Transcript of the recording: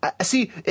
See